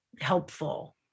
helpful